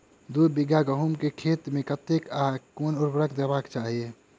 दु बीघा गहूम केँ खेत मे कतेक आ केँ उर्वरक देबाक चाहि?